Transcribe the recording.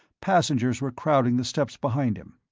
passengers were crowding the steps behind him.